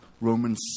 Romans